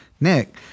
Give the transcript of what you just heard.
Nick